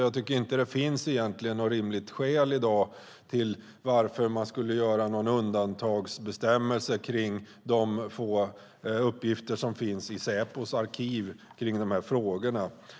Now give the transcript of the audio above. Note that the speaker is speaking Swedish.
Jag tycker inte att det egentligen finns något rimligt skäl i dag att göra en undantagsbestämmelse när det gäller de få uppgifter som finns i Säpos arkiv i de här frågorna.